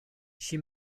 she